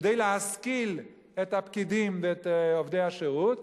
כדי להשכיל את הפקידים ואת עובדי השירות,